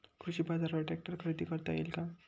कृषी बाजारवर ट्रॅक्टर खरेदी करता येईल का?